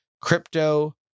crypto